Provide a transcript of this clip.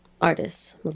artists